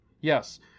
Yes